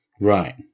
Right